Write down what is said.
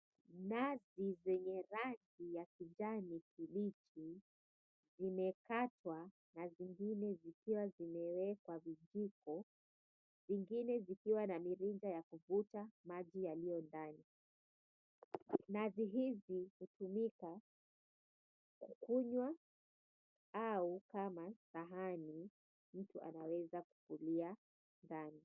Nazi zenye rangi ya kijani kibichi zimekatwa na zingine zikiwa zimewekwa vijiko, zingine zikiwa na mirija ya kuvuta maji yaliyo ndani nazi hizi hutumika kunywa au kama sahani mtu anaweza kukulia ndani.